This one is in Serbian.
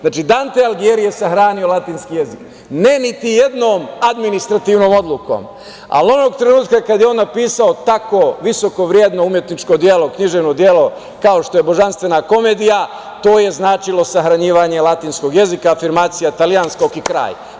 Znači, Dante Algijeri je sahranio latinski jezik ne niti jednom administrativnom odlukom, ali onog trenutka kad je on napisao tako visoko vredno umetničko književno delo kao što je "Božanstvena komedija", to je značilo sahranjivanje latinskog jezika, afirmacija italijanskog i kraj.